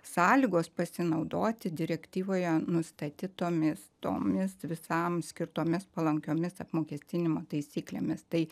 sąlygos pasinaudoti direktyvoje nustatytomis tomis visam skirtomis palankiomis apmokestinimo taisyklėmis tai